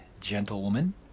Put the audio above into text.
gentlewoman